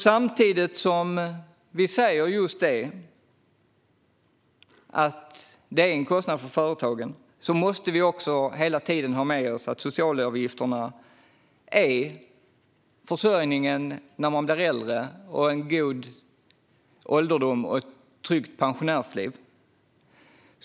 Samtidigt som vi säger att de är en kostnad för företagen måste vi hela tiden ha med oss att socialavgifterna är försörjningen när man blir äldre. De ska ge en god ålderdom och ett tryggt pensionärsliv.